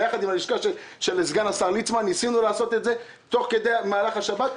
ביחד עם הלשכה של סגן השר ליצמן ניסינו לעשות את זה גם במהלך השבת.